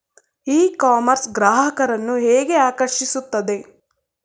E commerce ಗ್ರಾಹಕರನ್ನು ಹೇಗೆ ಆಕರ್ಷಿಸುತ್ತದೆ?